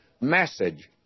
message